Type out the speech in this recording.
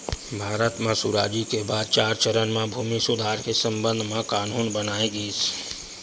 भारत म सुराजी के बाद चार चरन म भूमि सुधार के संबंध म कान्हून बनाए गिस